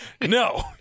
No